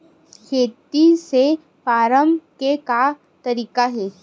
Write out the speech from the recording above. खेती से फारम के का तरीका हे?